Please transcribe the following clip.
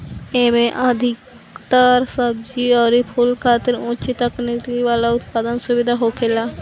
एमे अधिकतर सब्जी अउरी फूल खातिर उच्च तकनीकी वाला उत्पादन सुविधा होखेला